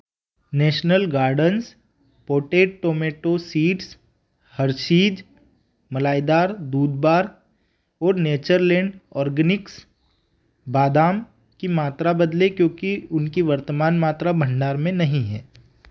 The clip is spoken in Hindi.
national Gardens potted tomato seeds Hershey's मलाईदार दूध बार और नेचरलैंड ऑर्गॅनिक्स बादाम की मात्रा बदलें क्योंकि उनकी वर्तमान मात्रा भंडार में नहीं है